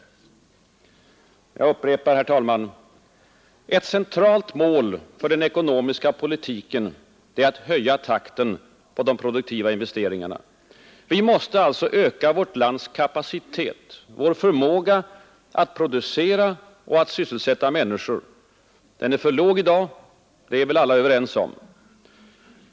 Jag upprepar, herr talman: Ett centralt mål för den ekonomiska politiken är att höja takten på de produktiva investeringarna. Vi måste alltså öka vårt lands kapacitet, vår förmåga att producera och att sysselsätta människor. Den är för låg i dag, det är väl alla ense om.